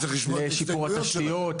לשיפור התשתיות,